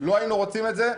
לא היינו רוצים את זה,